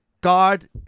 God